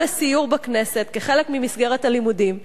לסיור בכנסת כחלק ממסגרת הלימודים.